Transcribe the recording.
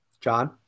John